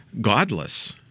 godless